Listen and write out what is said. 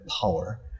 power